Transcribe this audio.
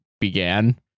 began